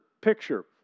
picture